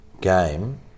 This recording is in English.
game